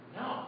no